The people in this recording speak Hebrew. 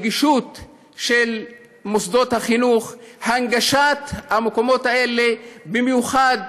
נגישות מוסדות החינוך, הנגשת המקומות האלה, במיוחד